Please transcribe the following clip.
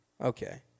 Okay